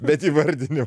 bet įvardine